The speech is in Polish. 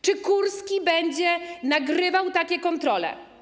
Czy Kurski będzie nagrywał takie kontrole?